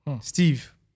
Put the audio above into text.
Steve